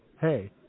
hey